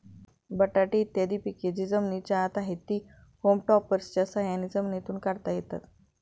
बटाटे इत्यादी पिके जी जमिनीच्या आत आहेत, ती होम टॉपर्सच्या साह्याने जमिनीतून काढता येतात